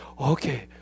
Okay